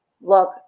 look